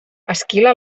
esquila